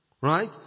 Right